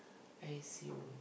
where is you